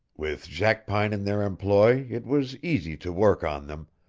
with jackpine in their employ it was easy to work on them,